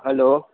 hello